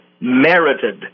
merited